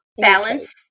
Balance